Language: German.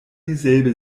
dieselbe